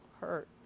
hurt